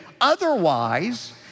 Otherwise